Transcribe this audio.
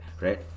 right